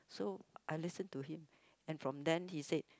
so I listen to him and from then he said